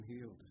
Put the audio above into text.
healed